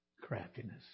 craftiness